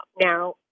Now